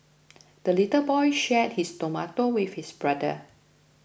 the little boy shared his tomato with his brother